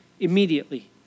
immediately